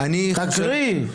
תקריאי.